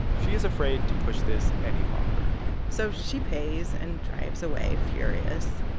she is afraid to push this any longer so she pays and drives away furious.